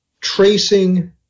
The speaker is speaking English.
tracing